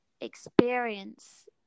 experience